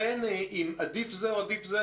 האם זה עדיף זה או זה,